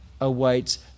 awaits